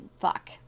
fuck